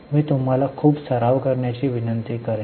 मी तुम्हाला खूप सराव करण्याची विनंती करेन